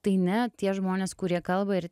tai ne tie žmonės kurie kalba ir